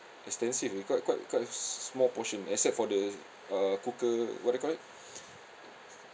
extensive it quite quite quite small portion except for the uh cooker what do you call it